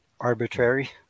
arbitrary